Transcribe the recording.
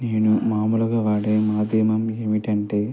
నేను మామూలుగా వాడే మాధ్యమం ఏమిటంటే